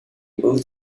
able